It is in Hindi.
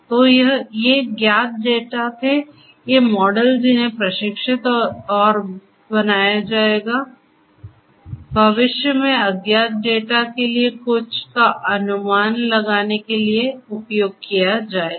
तो ये ज्ञात डेटा थे ये मॉडल जिन्हें प्रशिक्षित और बनाया गया है भविष्य में अज्ञात डेटा के लिए कुछ का अनुमान लगाने के लिए उपयोग किया जाएगा